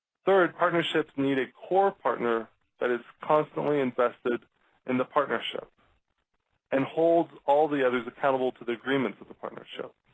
third, partnerships need a core partner that is constantly invested in the partnership and holds all of the others accountable to the agreement of the partnership,